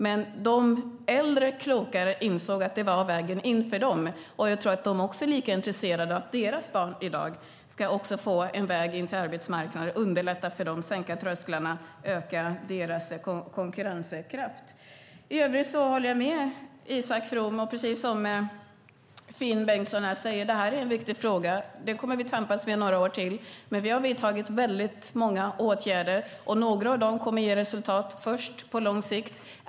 Men de som är äldre och klokare insåg att det var vägen in för dem, och jag tror att de är lika intresserade av att deras barn i dag också ska få en väg in på arbetsmarknaden genom att man underlättar för dem, sänker trösklarna och ökar deras konkurrenskraft. I övrigt håller jag med Isak From. Och precis som Finn Bengtsson säger är detta en viktig fråga. Den kommer vi att tampas med i några år till. Men vi har vidtagit många åtgärder. Några av dem kommer att ge resultat först på lång sikt.